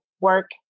work